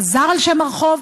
חזר על שם הרחוב,